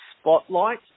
spotlight